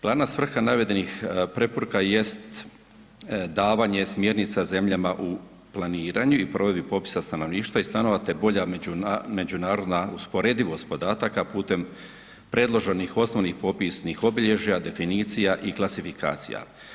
Glavana svrha navedenih preporuka jest davanje smjernica zemljama u planiranju i provedbi popisa stanovništva i stanova te bolja međunarodna usporedivost podataka putem predloženih osnovnih popisnih obilježja, definicija i klasifikacija.